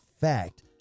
fact